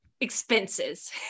expenses